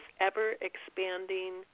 ever-expanding